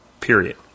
period